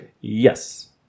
Yes